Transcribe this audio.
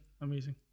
amazing